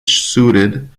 suited